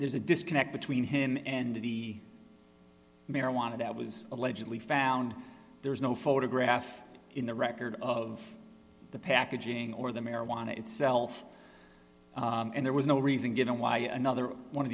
there's a disconnect between him and the marijuana that was allegedly found there was no photograph in the record of the packaging or the marijuana itself and there was no reason given why another one of